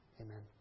Amen